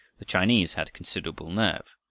the chinese had considerable nerve,